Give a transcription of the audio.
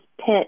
pit